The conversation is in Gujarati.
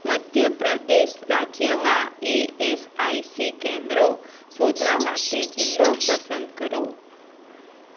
મધ્ય પ્રદેશ રાજ્યમાં ઇએસઆઇસી કેન્દ્રો શોધવા માટે જિલ્લો પસંદ કરો